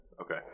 Okay